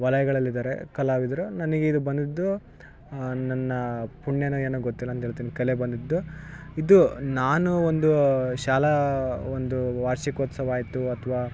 ವಲಯಗಳಲ್ಲಿ ಇದಾರೆ ಕಲಾವಿದ್ರು ನನಗಿದು ಬಂದಿದ್ದು ನನ್ನ ಪುಣ್ಯನೊ ಏನೋ ಗೊತ್ತಿಲ್ಲ ಅಂತೇಳ್ತಿನಿ ಕಲೆಬಂದಿದ್ದು ಇದು ನಾನು ಒಂದು ಶಾಲಾ ಒಂದು ವಾರ್ಷಿಕೋತ್ಸವ ಆಯಿತು ಅಥ್ವ